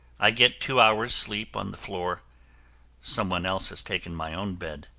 i get two hours sleep on the floor some one else has taken my own bed.